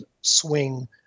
swing